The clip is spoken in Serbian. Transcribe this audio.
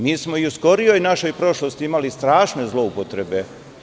Mi smo i u skorijoj našoj prošlosti imali strašne zloupotrebe.